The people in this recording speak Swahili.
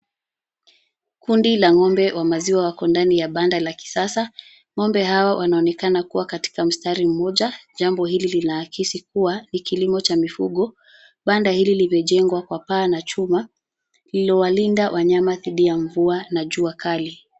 Kundi la ng'ombe wa maziwa wako ndani ya banda la kisasa. Ng'ombe hao wanaonekana kuwa katika mstari moja. Jambo hili linakisi kuwa ni kilimo cha mifugo. Banda hili limejengwa kwa paa na chuma iliyowalinda wanyama dhidi ya mvua na jua kali.